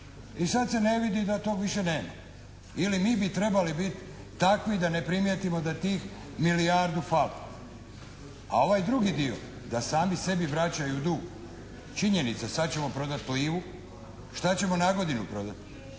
i sad se ne vidi da tog više nema. Ili mi bi trebali biti takvi da ne primijetimo da tih milijardu fali. A ovaj drugi dio da sami sebi vraćaju dug činjenica sad ćemo prodati "Plivu", šta ćemo nagodinu prodati?